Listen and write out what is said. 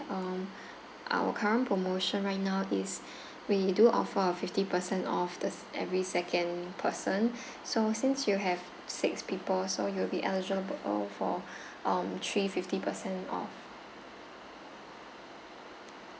um our current promotion right now is we do offer a fifty percent off the every second person so since you have six people so you'll be eligible for um three fifty percent off